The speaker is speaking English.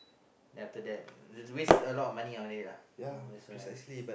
then after that waste a lot of money on it lah that's why